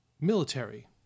military